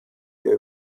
der